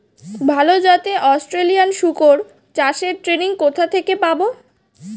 ভালো জাতে অস্ট্রেলিয়ান শুকর চাষের ট্রেনিং কোথা থেকে পাব?